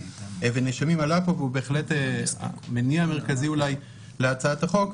עלה פה והוא באמת מניע מרכזי להצעת החוק,